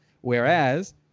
Whereas